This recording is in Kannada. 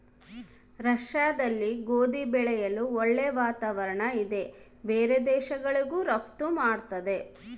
ರಷ್ಯಾದಲ್ಲಿ ಗೋಧಿ ಬೆಳೆಯಲು ಒಳ್ಳೆ ವಾತಾವರಣ ಇದೆ ಬೇರೆ ದೇಶಗಳಿಗೂ ರಫ್ತು ಮಾಡ್ತದೆ